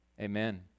Amen